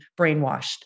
brainwashed